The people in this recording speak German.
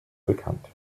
bekannt